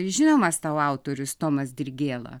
žinomas tau autorius tomas dirgėla